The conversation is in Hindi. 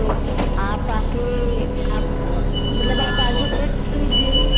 तो आप आकर आप मतलब आप आकर चेक कर लीजिए